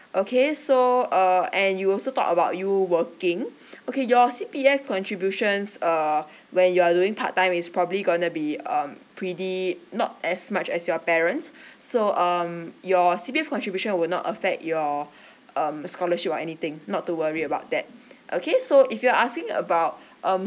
okay so uh and you also talk about you're working okay your C_P_F contributions err when you are doing part time is probably going to be um predict not as much as your parents so um your C_P_F contribution will not affect your um scholarship or anything not to worry about that okay so if you're asking about um